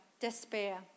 despair